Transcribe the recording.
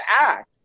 act